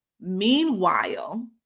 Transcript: Meanwhile